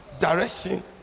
direction